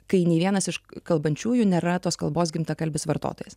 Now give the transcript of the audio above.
kai nė vienas iš kalbančiųjų nėra tos kalbos gimtakalbis vartotojas